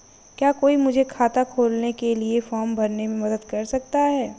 क्या कोई मुझे खाता खोलने के लिए फॉर्म भरने में मदद कर सकता है?